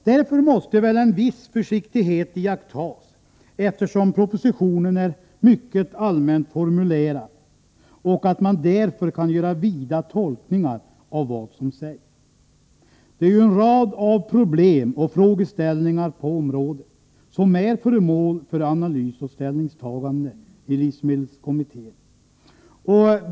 Därför måste väl en viss försiktighet iakttas, eftersom propositionen är mycket allmänt formulerad och man således kan göra vida tolkningar av vad som sägs. Det är en rad problem och frågeställningar på området som är föremål för analys och ställningstagande i livsmedelskommittén.